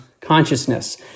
consciousness